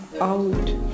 out